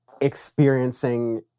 experiencing